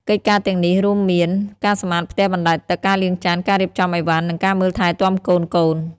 កិច្ចការទាំងនេះរួមមាន ការសម្អាតផ្ទះបណ្ដែតទឹក ការលាងចាន ការរៀបចំឥវ៉ាន់ និងការមើលថែទាំកូនៗ។